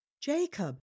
Jacob